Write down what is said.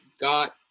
got